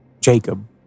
Jacob